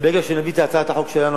וברגע שנביא את הצעת החוק שלנו,